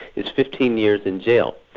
is fifteen years in jail.